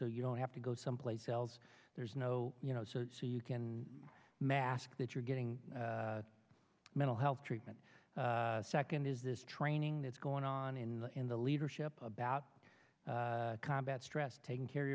so you don't have to go someplace else there's no you know so you can mask that you're getting mental health treatment second is this training that's going on in the in the leadership about combat stress taking care of